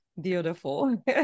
Beautiful